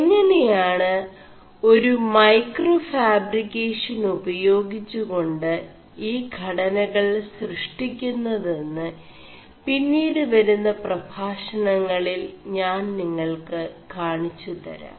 എÆെനയാണ് ഒരു ൈമേ4കാഫാ4ബിേ ഷൻ ഉപേയാഗിggെകാ് ഈ ഘടനകൾ സൃഷ്ടി ുMെതM് പിMീട് വരുM 4പഭാഷണÆളിൽ ഞാൻ നിÆൾ ് കാണിgg തരാം